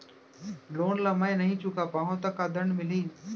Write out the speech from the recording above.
Loan ला मैं नही चुका पाहव त का दण्ड मिलही?